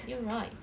you're right